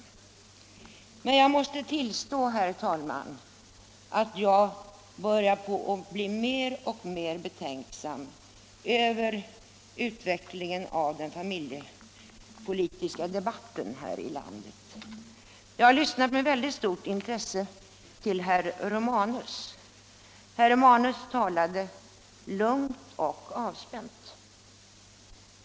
Men jag måste tillstå, herr talman, att jag börjar bli mer och mer betänksam inför utvecklingen av den familjepolitiska debatten här i landet. Jag har med mycket stort intresse lyssnat till herr Romanus. Han talade lugnt och avspänt.